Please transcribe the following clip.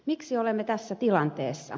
miksi olemme tässä tilanteessa